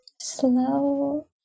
slow